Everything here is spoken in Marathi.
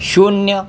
शून्य